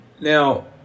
Now